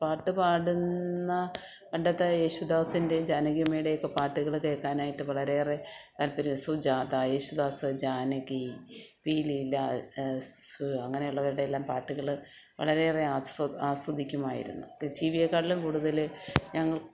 പാട്ട് പാടുന്ന പണ്ടത്തെ യേശുദാസിന്റെയും ജാനകി അമ്മയുടെയുമൊക്കെ പാട്ടുകള് കേള്ക്കാനായിട്ട് വളരെയേറെ താൽപ്പര്യമാണ് സുജാത യേശുദാസ് ജാനകി പീ ലീല സ് സു അങ്ങനെയുള്ളവരുടെയെല്ലാം പാട്ടുകള് വളരെയേറെ ആസ്വ ആസ്വദിക്കുമായിരുന്നു ടി വിയെക്കാട്ടിലും കൂടുതല് ഞങ്